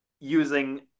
using